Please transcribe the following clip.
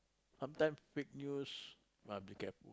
sometime fake news must be careful